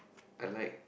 I like